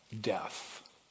death